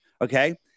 okay